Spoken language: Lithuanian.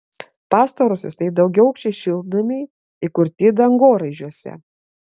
pastarosios tai daugiaaukščiai šiltnamiai įkurti dangoraižiuose